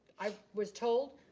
i was told,